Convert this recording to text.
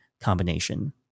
combination